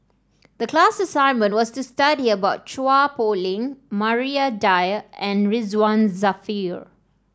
the class assignment was to study about Chua Poh Leng Maria Dyer and Ridzwan Dzafir